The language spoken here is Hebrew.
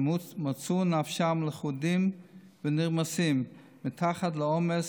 שמצאו נפשם לכודים ונרמסים מתחת לעומס